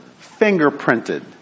fingerprinted